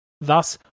Thus